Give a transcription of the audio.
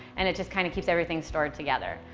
and it just kinda keeps everything stored together.